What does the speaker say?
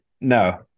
No